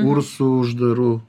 kursų uždarų